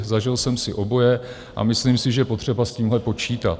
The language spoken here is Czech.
Zažil jsem si oboje a myslím si, že je potřeba s tímhle počítat.